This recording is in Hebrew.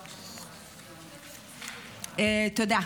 תודה.